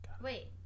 Wait